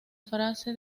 frase